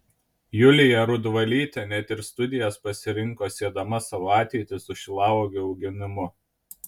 julija rudvalytė net ir studijas pasirinko siedama savo ateitį su šilauogių auginimu